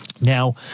Now